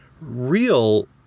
real